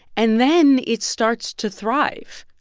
and then it starts to thrive.